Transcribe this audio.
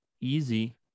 easy